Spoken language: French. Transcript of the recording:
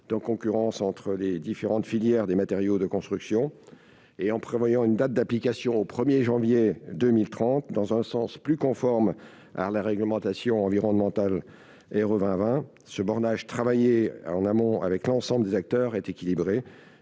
donc concurrence entre les différentes filières, des matériaux de construction et en prévoyant une date d'application au 1er janvier 2030 dans un sens plus conforme à la réglementation environnementale et romarin ce bornage travailler en amont avec l'ensemble des acteurs est équilibré,